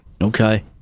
Okay